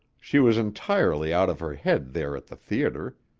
she was entirely out of her head there at the theater.